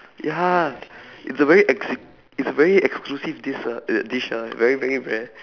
ya it's a very exc~ it's a very exclusive dis~ ah dish ah very very rare